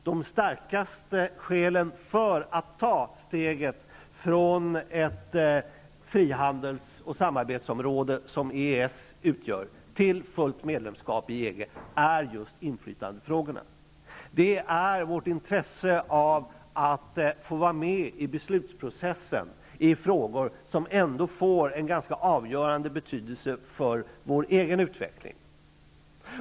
De starkaste skälen för att ta steget från ett frihandels och samarbetsområde, som EES utgör, till fullt medlemskap i EG är just inflytandefrågorna. Det är i vårt intresse att få vara med i beslutsprocessen i frågor som ändå får en ganska avgörande betydelse för vår egen utveckling.